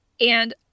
and-